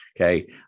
Okay